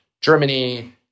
Germany